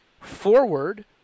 forward